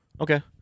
Okay